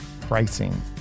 pricing